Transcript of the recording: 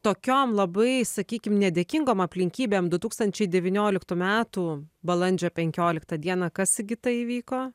tokiom labai sakykim nedėkingom aplinkybėm du tūkstančiai devynioliktų metų balandžio penkioliktą dieną kas sigita įvyko